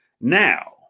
now